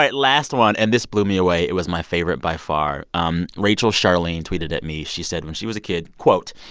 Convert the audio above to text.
last one, and this blew me away. it was my favorite by far. um rachel charlene tweeted at me. she said, when she was a kid, quote,